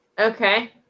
Okay